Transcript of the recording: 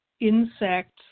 insects